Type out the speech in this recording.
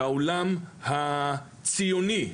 שהעולם הציוני,